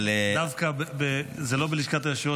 דווקא זה לא בלשכת היושב-ראש,